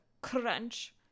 Crunch